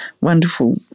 wonderful